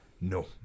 No